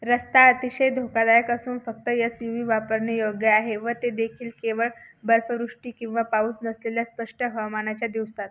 रस्ता अतिशय धोकादायक असून फक्त यसयूवी वापरणे योग्य आहे व ते देखील केवळ बर्फवृष्टी किंवा पाऊस नसलेल्या स्पष्ट हवामानाच्या दिवसात